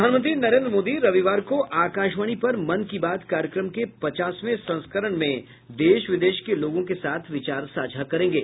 प्रधानमंत्री नरेंद्र मोदी रविवार को आकाशवाणी पर मन की बात कार्यक्रम के पचासवें संस्करण में देश विदेश के लोगों के साथ विचार साझा करेंगे